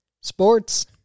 sports